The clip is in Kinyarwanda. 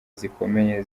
zikomeye